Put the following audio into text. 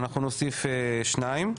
אנחנו נוסיף שניים,